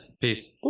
Peace